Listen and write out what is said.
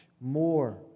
more